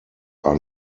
are